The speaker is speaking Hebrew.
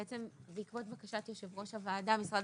בעצם בעקבות דרישת יושב ראש הוועדה משרד